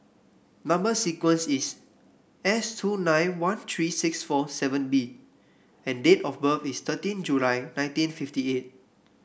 number sequence is S two nine one three six four seven B and date of birth is thirteen July nineteen fifty eight